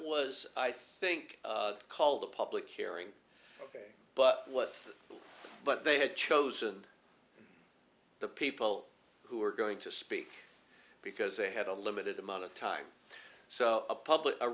was i think called the public hearing ok but what but they had chosen the people who were going to speak because they had a limited amount of time so a public a